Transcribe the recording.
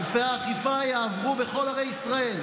גופי האכיפה יעברו בכל ערי ישראל.